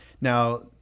Now